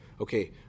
Okay